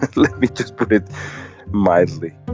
let me just put it mildly